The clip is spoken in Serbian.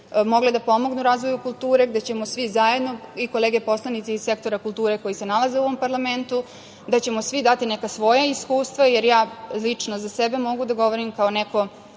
mogle da pomognu razvoju kulture, gde ćemo svi zajedno i kolege poslanici iz sektora kulture koji se nalaze u ovom parlamentu, da ćemo svi dati neka svoja iskustva, jer ja lično za sebe mogu da govorim kao neko